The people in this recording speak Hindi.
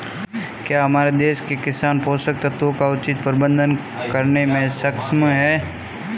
क्या हमारे देश के किसान पोषक तत्वों का उचित प्रबंधन करने में सक्षम हैं?